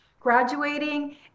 graduating